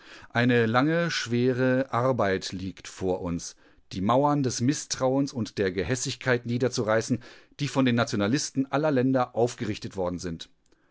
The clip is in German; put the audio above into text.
eine lange schwere arbeit liegt vor uns die mauern des mißtrauens und der gehässigkeit niederzureißen die von den nationalisten aller länder aufgerichtet worden sind